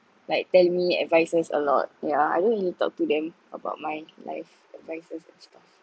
like tell me advices a lot yeah I don't really talk to them about my life advices and stuff